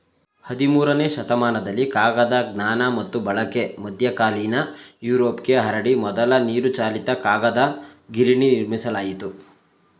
ಹದಿಮೂರನೇ ಶತಮಾನದಲ್ಲಿ ಕಾಗದ ಜ್ಞಾನ ಮತ್ತು ಬಳಕೆ ಮಧ್ಯಕಾಲೀನ ಯುರೋಪ್ಗೆ ಹರಡಿ ಮೊದಲ ನೀರುಚಾಲಿತ ಕಾಗದ ಗಿರಣಿ ನಿರ್ಮಿಸಲಾಯಿತು